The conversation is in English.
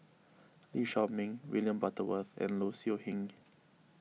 Lee Shao Meng William Butterworth and Low Siew Nghee